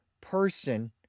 person